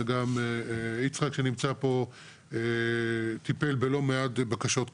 וגם יצחק שנמצא פה טיפל בלא מעט בקשות כאלה.